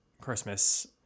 Christmas